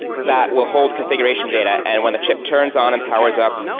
that will hold configuration data, and when the chip turns on and powers up,